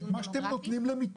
עדיין את הגירעון של ה-200 מיליון.